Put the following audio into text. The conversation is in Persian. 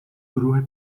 گروه